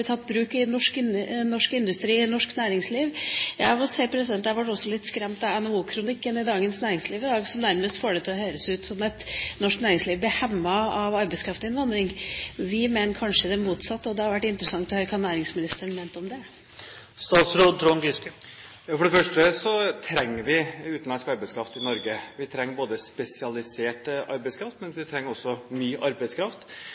i norsk industri og norsk næringsliv? Jeg må si at jeg også ble litt skremt av NHO-kronikken i Dagens Næringsliv, som nærmest får det til å høres ut som at norsk næringsliv blir hemmet av arbeidskraftinnvandring. Vi mener kanskje det motsatte, og det hadde vært interessant å høre hva næringsministeren mener om det. For det første trenger vi utenlandsk arbeidskraft i Norge. Vi trenger både spesialisert arbeidskraft, og vi trenger mye arbeidskraft.